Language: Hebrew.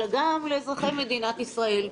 אלא גם לאזרחי מדינת ישראל.